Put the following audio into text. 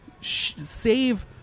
save